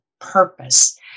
purpose